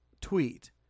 Tweet